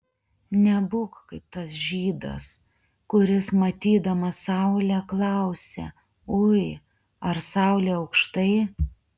nebūk kaip tas žydas kuris matydamas saulę klausia ui ar saulė aukštai